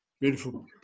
Beautiful